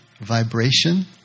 vibration